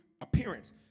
appearance